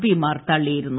പിമാർ തള്ളിയിരുന്നു